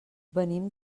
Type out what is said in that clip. venim